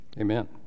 amen